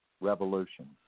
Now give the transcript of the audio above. revolution